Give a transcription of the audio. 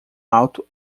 alto